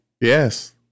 Yes